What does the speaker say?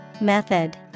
Method